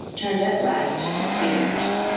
turned at last to tears.